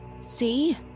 see